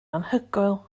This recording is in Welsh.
anhygoel